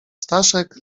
staszek